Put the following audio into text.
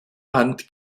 hand